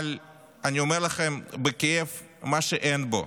אבל אני אומר לכם בכאב את מה שאין בו: